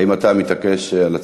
לחכות שיסתיים לטובה.